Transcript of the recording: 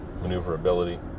maneuverability